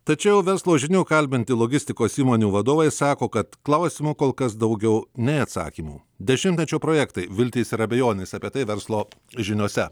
tačiau verslo žinių kalbinti logistikos įmonių vadovai sako kad klausimo kol kas daugiau nei atsakymų dešimtmečio projektai viltys ir abejonės apie tai verslo žiniose